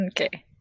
okay